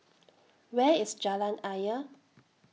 Where IS Jalan Ayer